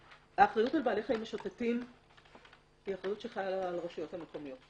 האחריות על בעלי חיים משוטטים היא אחריות שחלה על הרשויות המקומיות.